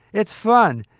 it's fun.